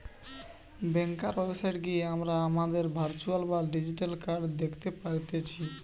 ব্যাংকার website গিয়ে হামরা হামাদের ভার্চুয়াল বা ডিজিটাল কার্ড দ্যাখতে পারতেছি